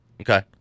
Okay